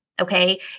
Okay